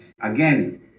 Again